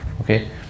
okay